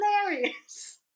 hilarious